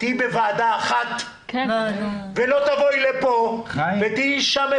תהיי בוועדה אחת ולא תבואי לפה ותהיי שם,